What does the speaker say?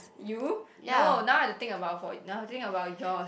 you no now I have to think about for now I have to think about yours